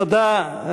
תודה.